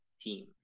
team